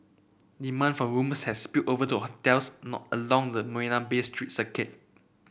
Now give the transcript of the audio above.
demand for rooms has spilled over to hotels not along the Marina Bay street circuit